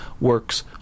works